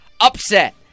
Upset